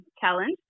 challenge